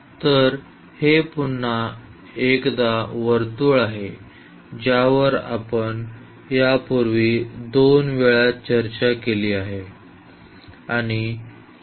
तर हे पुन्हा एकदा वर्तुळ आहे ज्यावर आपण यापूर्वी दोन वेळा चर्चा केली आहे